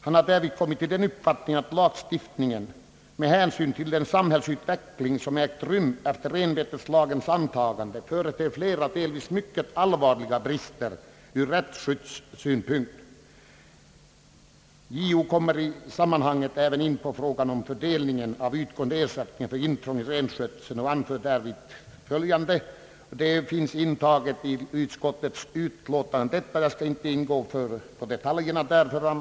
Han har därvid kommit till den uppfattningen att lagstiftningen — med hänsyn till den samhällsutveckling som ägt rum efter renbeteslagens antagande — företer flera, delvis mycket allvarliga brister ur rättsskyddssynpunkt. JO kommer i sammanhanget även in på frågan om fördelningen av utgående ersättningar för intrång i renskötseln, och vad han anfört finns intaget i utskottets utlåtande. Jag skall därför inte ingå på detaljerna.